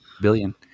billion